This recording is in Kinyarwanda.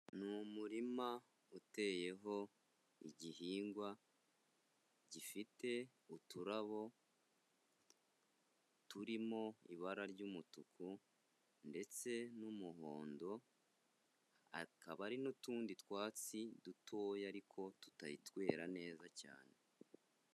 Ni umurima uteyeho igihingwa gifite uturabo turi mu ibara ry'umutuku ndetse n'umuhondo, hakaba hari n'utundi twatsi dutoya ariko tutari twera neza cyane.